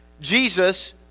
Jesus